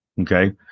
Okay